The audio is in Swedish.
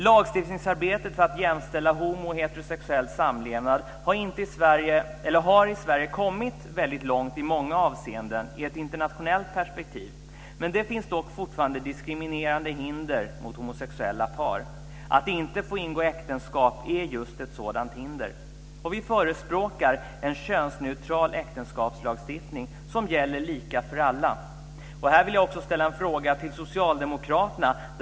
Lagstiftningsarbetet för att jämställa homo och heterosexuell samlevnad har i Sverige kommit väldigt långt i många avseenden, i ett internationellt perspektiv. Det finns dock fortfarande diskriminerande hinder mot homosexuella par. Att inte få ingå äktenskap är just ett sådant hinder. Vi förespråkar en könsneutral äktenskapslagstiftning som gäller lika för alla.